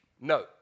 No